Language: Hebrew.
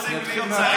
כשרוצים להיות שרים.